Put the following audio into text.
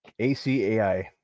ACAI